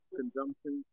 consumption